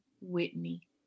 Whitney